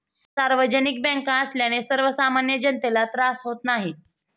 सार्वजनिक बँका असल्याने सर्वसामान्य जनतेला त्रास होत नाही